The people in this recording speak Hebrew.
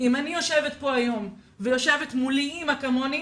אם אני יושבת פה היום ויושבת מולי אמא כמוני,